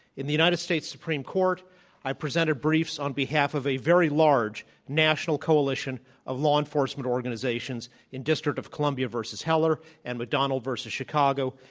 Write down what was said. in the united states supreme court i presented briefs on behalf of a very large national coalition of law enforcement organizations in district of columbia versus heller and mcdonald versus chicago.